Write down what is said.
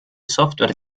software